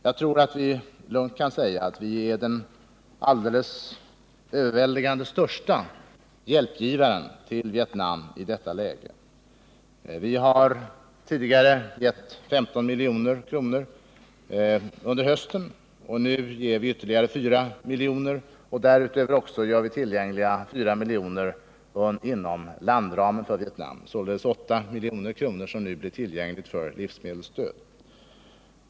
Jag tror att vi lugnt kan säga att vi är den alldeles överväldigande största hjälpgivaren till Vietnam i detta läge. Vi har tidigare under hösten gett 15 milj.kr., och nu ger vi ytterligare 4 milj.kr. Därutöver gör vi också tillgängliga 4 milj.kr. inom landramen för Vietnam. Således blir nu 8 milj.kr. tillgängliga för livsmedelsstöd.